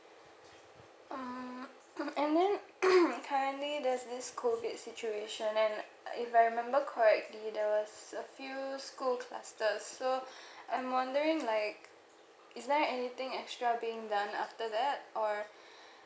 mm and then currently there's this COVID situation and if I remember correctly there was a few school clusters so I'm wondering like is there anything extra being done after that or